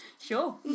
Sure